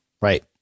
Right